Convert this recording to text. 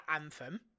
Anthem